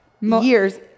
years